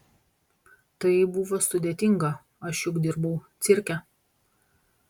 tai buvo sudėtinga aš juk dirbau cirke